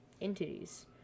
Entities